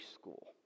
school